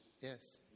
Yes